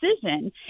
decision